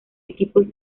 equipos